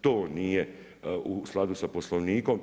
To nije u skladu sa Poslovnikom.